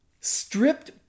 stripped